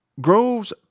Groves